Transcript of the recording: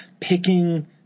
picking